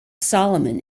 solomon